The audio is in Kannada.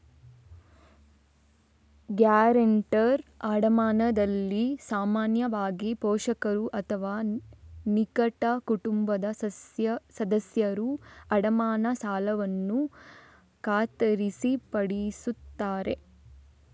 ಗ್ಯಾರಂಟರ್ ಅಡಮಾನದಲ್ಲಿ ಸಾಮಾನ್ಯವಾಗಿ, ಪೋಷಕರು ಅಥವಾ ನಿಕಟ ಕುಟುಂಬದ ಸದಸ್ಯರು ಅಡಮಾನ ಸಾಲವನ್ನು ಖಾತರಿಪಡಿಸುತ್ತಾರೆ